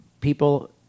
people